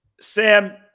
Sam